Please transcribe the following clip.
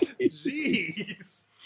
Jeez